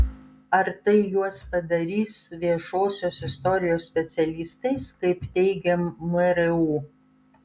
ar tai juos padarys viešosios istorijos specialistais kaip teigia mru